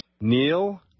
Neil